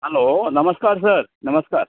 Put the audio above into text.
hello नमस्कार sir नमस्कार